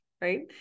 right